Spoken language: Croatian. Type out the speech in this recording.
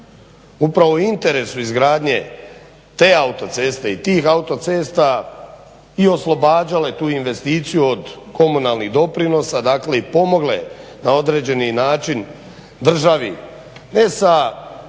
upravo u interesu izgradnje te autoceste i tih autocesta i oslobađale tu investiciju od komunalnih doprinosa i pomogle na određeni način državi ne sa